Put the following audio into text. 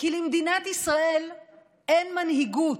כי למדינת ישראל אין מנהיגות,